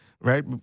Right